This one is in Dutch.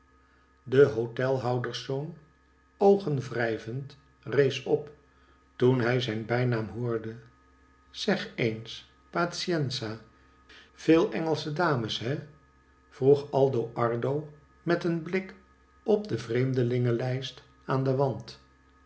de hotelhouderszoon oogen wrijvend rees op toen hij zijn bijnaam hoorde zeg eens pazienza veel engelsche dames he vroeg aldo ardo met een blik op de vreemdelingenlijst aan den wand